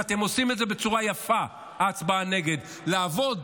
ואתם עושים את זה בצורה יפה, ההצבעה נגד, לעבוד